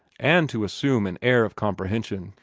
and to assume an air of comprehension,